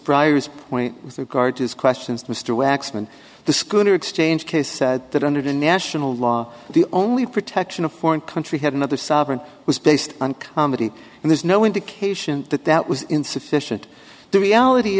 priors point with regard to his questions mr waxman the schooner exchange case said that under the national law the only protection of foreign country had another sovereign was based on comedy and there's no indication that that was insufficient the reality